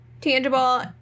tangible